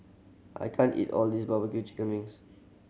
I can't eat all this barbecue chicken wings